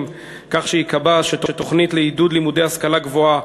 כך שייקבע שתוכנית לעידוד לימודי השכלה גבוהה